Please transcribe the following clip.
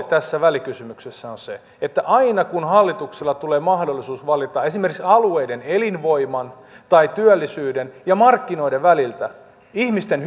tässä välikysymyksessä on se että aina kun hallitukselle tulee mahdollisuus valita esimerkiksi alueiden elinvoiman tai työllisyyden ja markkinoiden väliltä ihmisten